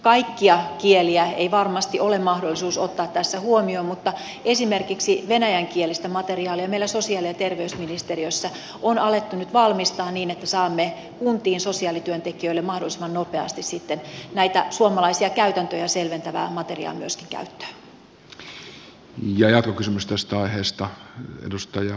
kaikkia kieliä ei varmasti ole mahdollisuus ottaa tässä huomioon mutta esimerkiksi venäjänkielistä materiaalia meillä sosiaali ja terveysministeriössä on alettu nyt valmistaa niin että saamme kuntiin sosiaalityöntekijöille mahdollisimman nopeasti sitten näitä suomalaisia käytäntöjä selventävää materiaalia myöskin käyttöön